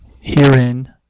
Herein